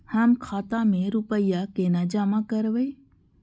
हम खाता में रूपया केना जमा करबे?